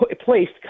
placed